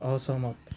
असहमत